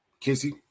Kissy